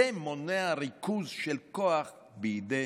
זה מונע ריכוז של כוח בידי